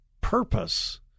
purpose